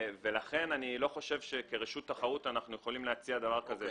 לכן אני לא חושב שכרשות תחרות אנחנו יכולים להציע דבר כזה לבד.